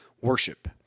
worship